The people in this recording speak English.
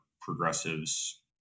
progressives